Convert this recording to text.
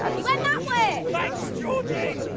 he went that way! thanks georgie!